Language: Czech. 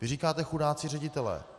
Vy říkáte: Chudáci ředitelé.